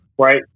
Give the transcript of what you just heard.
right